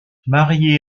marié